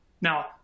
now